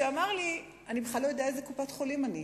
אמר לי: אני בכלל לא יודע באיזו קופת-חולים אני.